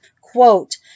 Quote